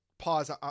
pause